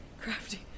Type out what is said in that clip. Crafty